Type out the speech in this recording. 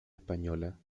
española